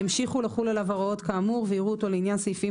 ימשיכו לחול עליו ההוראות כאמור ויראו אותו לעניין סעיפים